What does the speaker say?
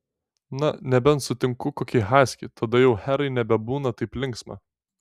na nebent sutinku kokį haskį tada jau herai nebebūna taip linksma